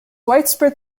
widespread